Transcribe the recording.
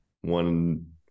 one